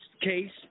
case